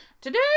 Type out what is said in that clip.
today